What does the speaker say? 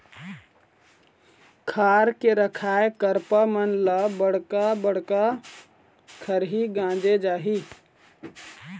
खार के रखाए करपा मन ल बड़का बड़का खरही गांजे जाही